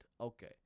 Okay